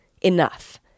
Enough